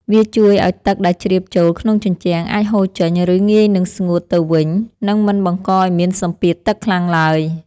វាជួយឱ្យទឹកដែលជ្រាបចូលក្នុងជញ្ជាំងអាចហូរចេញ ឬ ងាយនឹងស្ងួតទៅវិញ និង មិនបង្កឱ្យមានសម្ពាធទឹកខ្លាំងឡើយ។